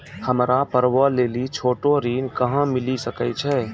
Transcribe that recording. हमरा पर्वो लेली छोटो ऋण कहां मिली सकै छै?